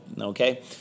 okay